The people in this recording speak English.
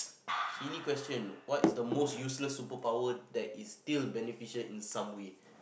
silly question what is the most useless superpower that is still beneficial in some way